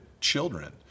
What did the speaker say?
children